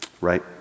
right